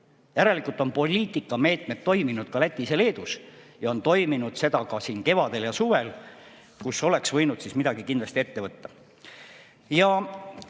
Järelikult on poliitikameetmed toiminud ka Lätis ja Leedus ja on toiminud ka siin kevadel ja suvel, kui oleks võinud midagi kindlasti ette võtta. Ja